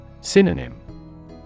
Synonym